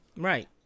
Right